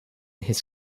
his